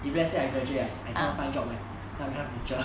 if let's say I graduate right I cannot find job right then I become teacher